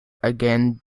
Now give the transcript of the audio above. again